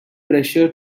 pressure